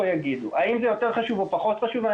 יגידו: האם זה יותר חשוב או פחות חשוב?